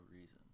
reason